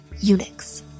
Unix